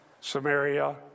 Samaria